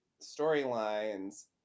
storylines